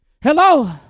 Hello